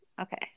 Okay